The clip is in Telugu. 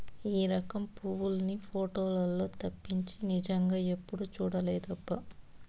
ఈ రకం పువ్వుల్ని పోటోలల్లో తప్పించి నిజంగా ఎప్పుడూ చూడలేదబ్బా